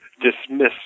dismiss